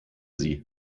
sie